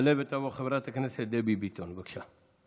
תעלה ותבוא חברת הכנסת דבי ביטון, בבקשה.